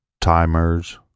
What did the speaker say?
Timers